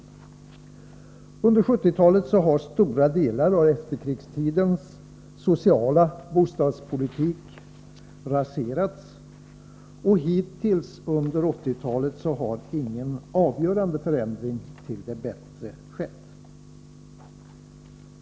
Under 1970-talet har stora delar av efterkrigstidens sociala bostadspolitik raserats. Hittills under 1980-talet har ingen avgörande förändring till det bättre skett.